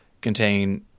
contain